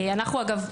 אגב,